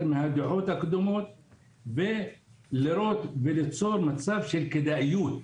מהדעות הקדומות וליצור מצב של כדאיות,